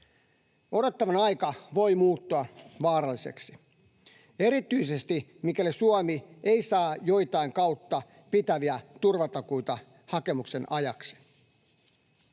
Odottavan aika voi muuttua vaaralliseksi. Erityisesti, mikäli Suomi ei saa jotain kautta pitäviä turvatakuita hakemuksen ajaksi.